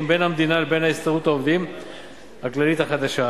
בין המדינה לבין הסתדרות העובדים הכללית החדשה: